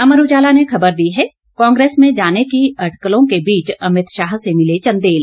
अमर उजाला ने खबर दी है कांग्रेस में जाने की अटकलों के बीच अमित शाह से मिले चंदेल